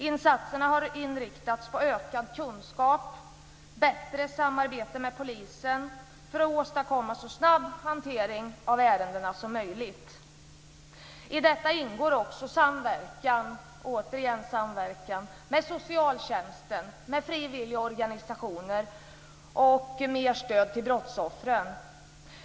Insatserna har inriktats på ökad kunskap och bättre samarbete med polisen för att åstadkomma så snabb hantering av ärendena som möjligt. I detta ingår också samverkan och återigen samverkan med socialtjänsten, med frivilligorganisationer och mer stöd till brottsoffren.